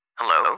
hello